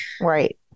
Right